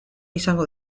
izango